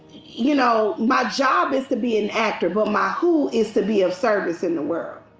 you know, my job is to be an actor, but my who is to be of service in the world.